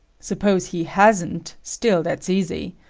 suppose he hasn't, still that's easy.